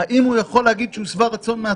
האם הוא יכול להגיד שהוא שבע רצון מהתוצאות.